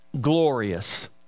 glorious